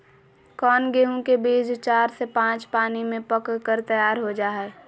कौन गेंहू के बीज चार से पाँच पानी में पक कर तैयार हो जा हाय?